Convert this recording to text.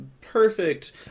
perfect